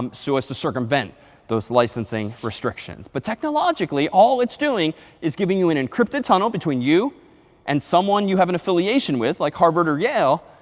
um so as to circumvent those licensing restrictions. but technologically, all it's doing is giving you an encrypted tunnel between you and someone you have an affiliation with, like harvard or yale,